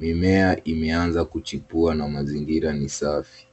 Mimea imeanza kuchipua na mazingira ni safi.